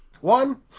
One